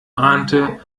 ahnte